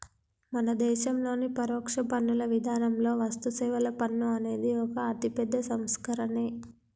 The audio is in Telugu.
మన దేశంలోని పరోక్ష పన్నుల విధానంలో వస్తుసేవల పన్ను అనేది ఒక అతిపెద్ద సంస్కరనే